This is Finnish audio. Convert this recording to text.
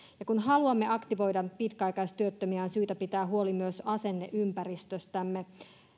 ja kun haluamme aktivoida pitkäaikaistyöttömiä on syytä pitää huoli myös asenneympäristöstämme